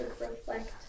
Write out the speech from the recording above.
reflect